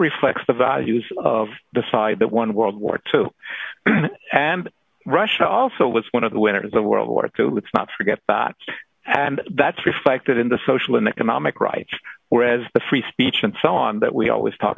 reflects the values of the side that won world war two and russia also was one of the winners of world war two let's not forget that and that's reflected in the social and economic rights whereas the free speech and so on that we always talk